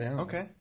Okay